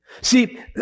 See